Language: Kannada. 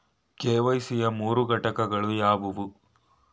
ಕೆ.ವೈ.ಸಿ ಯ ಮೂರು ಘಟಕಗಳು ಯಾವುವು?